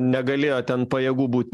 negalėjo ten pajėgų būt